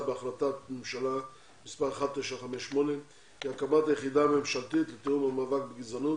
בהחלטת ממשלה מספר 1958 היא הקמת יחידה ממשלתית לתיאום ומאבק בגזענות